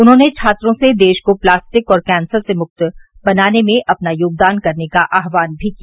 उन्होंने छात्रों से देश को प्लास्टिक और कैंसर से मुक्त बनाने में अपना योगदान करने का आह्वान भी किया